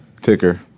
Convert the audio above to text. Ticker